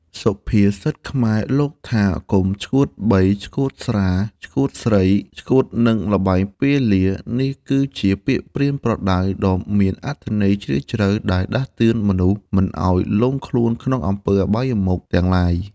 សុភាសិតខ្មែរ លោកថាកុំឆ្កួតបី ឆ្កួតស្រា ឆ្កួតស្រី ឆ្កួតនិងល្បែងពាលា នេះគឺជាពាក្យប្រៀនប្រដៅដ៏មានអត្ថន័យជ្រាលជ្រៅ ដែលដាស់តឿនមនុស្សមិនឲ្យលង់ខ្លួនក្នុងអំពើអបាយមុខទាំងឡាយ។